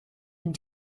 and